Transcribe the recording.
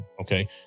Okay